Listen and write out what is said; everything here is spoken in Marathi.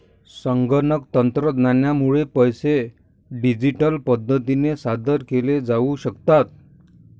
संगणक तंत्रज्ञानामुळे पैसे डिजिटल पद्धतीने सादर केले जाऊ शकतात